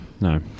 no